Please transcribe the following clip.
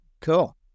Cool